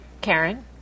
Karen